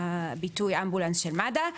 הביטוי "אמבולנס של מד"א",